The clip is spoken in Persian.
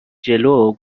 جلو